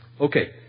Okay